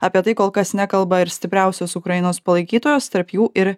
apie tai kol kas nekalba ir stipriausios ukrainos palaikytojos tarp jų ir